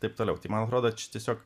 taip toliau tai man atrodo čia tiesiog